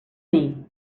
dir